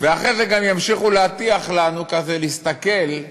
ואחרי זה גם ימשיכו להטיח בנו, להסתכל: